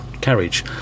carriage